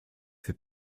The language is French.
fait